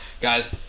guys